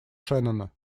шеннона